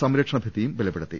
സംരക്ഷണ ഭിത്തിയും ബലപ്പെടുത്തി